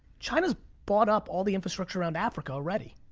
china's bought up all the infrastructure around africa already.